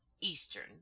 Eastern